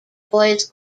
boys